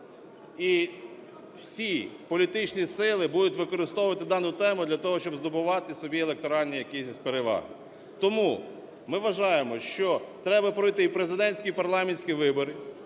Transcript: І всі політичні сили будуть використовувати дану тему для того, щоб здобувати собі електоральні якісь переваги. Тому ми вважаємо, що треба пройти і президентські, і парламентські вибори,